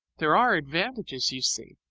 there are advantages, you see,